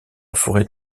forêt